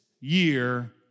year